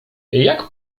jak